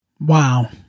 Wow